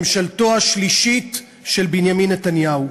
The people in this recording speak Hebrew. ממשלתו השלישית של בנימין נתניהו.